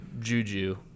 Juju